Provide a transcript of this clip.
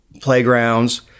Playgrounds